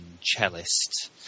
cellist